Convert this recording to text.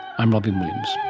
i'm robyn williams